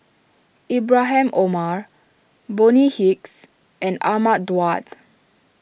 Ibrahim Omar Bonny Hicks and Ahmad Daud